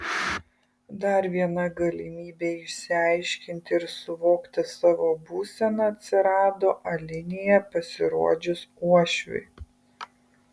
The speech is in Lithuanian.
dar viena galimybė išsiaiškinti ir suvokti savo būseną atsirado alinėje pasirodžius uošviui